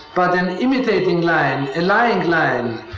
but an imitating line, a lying line,